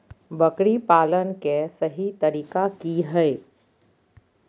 बकरी पालन के सही तरीका की हय?